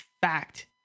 fact